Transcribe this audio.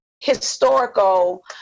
historical